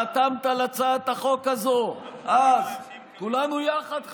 חתמת על הצעת החוק הזאת את, כולנו יחד חתמנו,